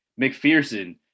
McPherson